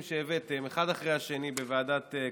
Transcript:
שהבאתם אחת אחרי השנייה בוועדת הכספים,